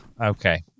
okay